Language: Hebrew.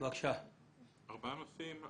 ארבעה נושאים.